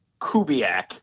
Kubiak